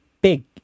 big